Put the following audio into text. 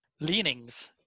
leanings